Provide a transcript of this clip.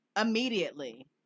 immediately